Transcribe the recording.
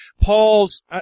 Paul's